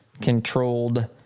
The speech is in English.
controlled